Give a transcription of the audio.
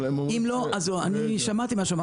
אבל הם אומרים --- אני שמעתי מה הוא אמר,